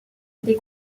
des